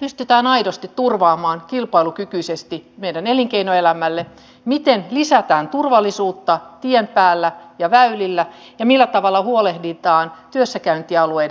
pystytään aidosti turvaamaan kilpailukykyisesti meidän elinkeinoelämälle miten lisätään turvallisuutta tien päällä ja väylillä ja millä tavalla huolehditaan työssäkäyntialueiden kasvusta